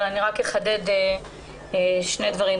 אני רק אחדד שני דברים.